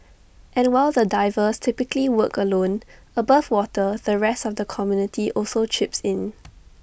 and while the divers typically work alone above water the rest of the community also chips in